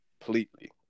completely